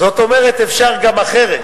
זאת אומרת, אפשר גם אחרת.